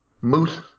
moose